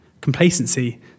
complacency